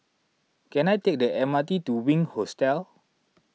can I take the M R T to Wink Hostel